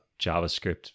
JavaScript